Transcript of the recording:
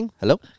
Hello